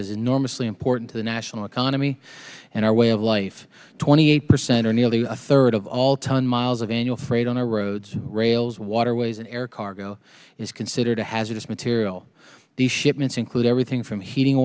is enormously important to the national economy and our way of life twenty eight percent or nearly a third of all time miles of annual freight on our roads rails waterways and air cargo is considered a hazardous material the shipments include everything from heating